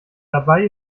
dabei